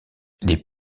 les